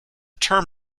term